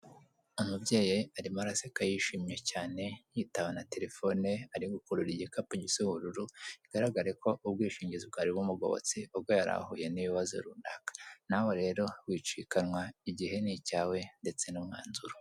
Umubyeyi arimo araraseka yishimye cyane, yitaba na telefone ari gukurura igikapu gisa ubururu, bigaragare ko ubwishingizi bwari bumugobotse ubwo yari yahuye n'ibibazo runaka, nawe rero wicikanwa igihe ni icyawe ndetse n'umwanzuro.